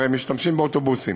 הרי הם משתמשים באוטובוסים.